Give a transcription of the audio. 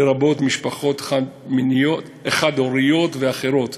לרבות משפחות חד-הוריות ואחרות.